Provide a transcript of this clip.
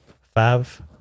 five –